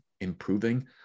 improving